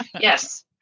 Yes